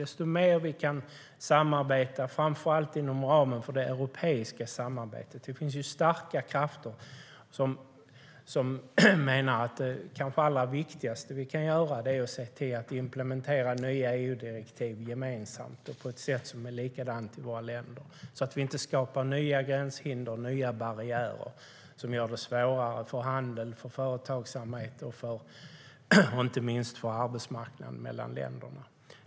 Ju mer vi kan samarbeta, framför allt inom ramen för det europeiska samarbetet, desto bättre. Det finns starka krafter som menar att det kanske allra viktigaste vi kan göra är att se till att implementera nya EU-direktiv gemensamt och på ett sätt som är likadant i våra länder, så att vi inte skapar nya gränshinder och nya barriärer som gör det svårare för handel, för företagsamhet och inte minst för arbetsmarknaden mellan länderna.